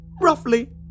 roughly